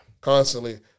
Constantly